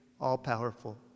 all-powerful